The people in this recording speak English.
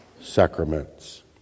sacraments